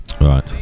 Right